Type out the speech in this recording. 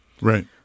right